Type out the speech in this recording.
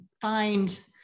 find